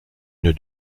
une